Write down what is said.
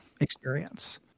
experience